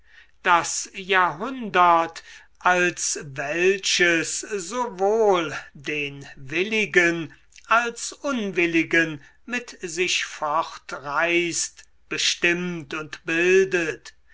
das jahrhundert als welches sowohl den willigen als unwilligen mit sich fortreißt bestimmt und bildet